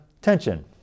tension